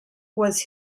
was